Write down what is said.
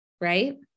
Right